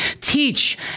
teach